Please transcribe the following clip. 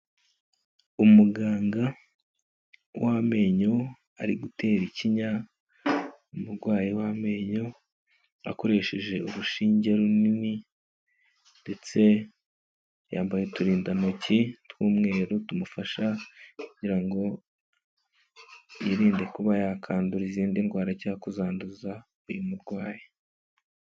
Umuganga w'amenyo ari gutera ikinya umurwayi w'amenyo akoresheje urushinge runini, ndetse yambaye uturindantoki tw'umweru tumufasha kugira ngo yirinde kuba yakandura izindi ndwara cyangwa kuzanduza uyu murwayi.